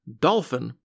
Dolphin